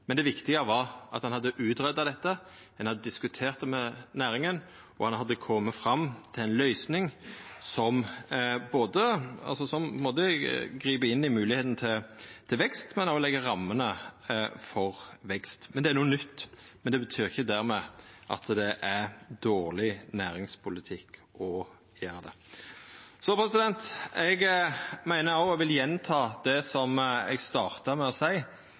men det viktige var at ein hadde greidd det ut, ein hadde diskutert det med næringa, og ein hadde kome fram til ei løysing som grip inn i moglegheita til vekst, men òg legg rammene for vekst. Det er noko nytt, men det betyr ikkje dermed at det er dårleg næringspolitikk å gjera det. Eg meiner – og vil gjenta det som eg starta med å